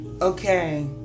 Okay